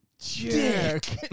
jerk